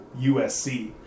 USC